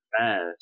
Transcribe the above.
fast